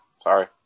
Sorry